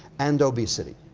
and obesity.